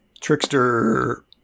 trickster